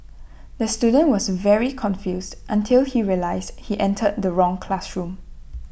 the student was very confused until he realised he entered the wrong classroom